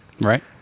Right